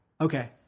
okay